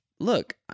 Look